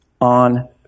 on